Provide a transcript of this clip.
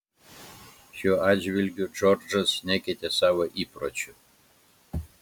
šiuo atžvilgiu džordžas nekeitė savo įpročių